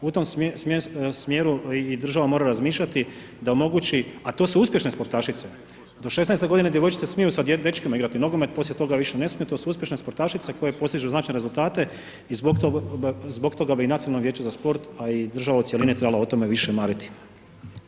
U tom smjeru država mora razmišljati, da omogući, a to su uspješne sportašice, do 16 g. djevojčice smiju sa dečkima igrati nogomet, poslije toga više ne smiju, to su uspješne sportašice, koje postižu značajne rezultate i zbog toga bi Nacionalno vijeće za sport a i država u cjelini trebala o tome više mariti.